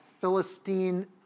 Philistine